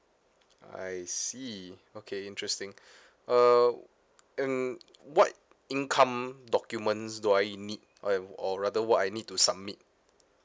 I see okay interesting uh and what income documents do I need or or rather what I need to submit